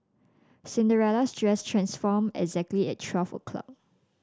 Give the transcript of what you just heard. Cinderella's dress transformed exactly at twelve o' clock